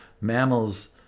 mammals